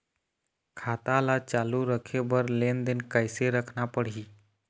खाता ला चालू रखे बर लेनदेन कैसे रखना पड़ही?